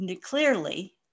clearly